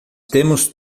temos